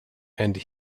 and